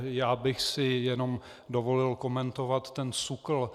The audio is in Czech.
Já bych si jenom dovolil komentovat ten SUKL.